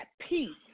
peace